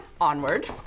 Onward